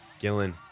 Gillen